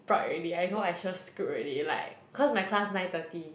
bright already I know I sure screwed already like cause my class nine thirty